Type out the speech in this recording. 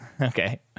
okay